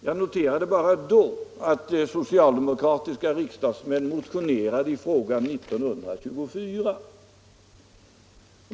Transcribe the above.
Jag noterade bara att socialdemokratiska riksdagsmän motionerade i frågan 1924.